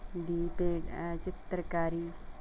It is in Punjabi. ਦੀ ਪੇਂ ਚਿੱਤਰਕਾਰੀ